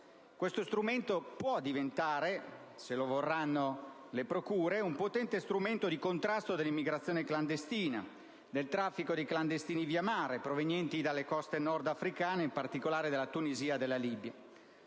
Questo strumento può diventare, se lo vorranno le procure, un potente strumento di contrasto dell'immigrazione clandestina, del traffico di clandestini via mare proveniente dalle coste nordafricane, in particolare da Tunisia e Libia.